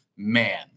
man